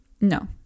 No